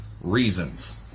reasons